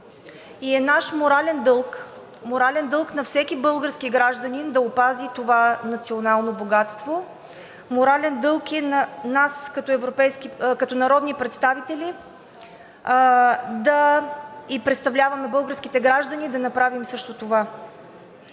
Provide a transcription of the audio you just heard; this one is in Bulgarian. дълг, морален дълг на всеки български гражданин да опази това национално богатство, морален дълг и на нас като народни представители, и представляваме българските граждани, да направим също това.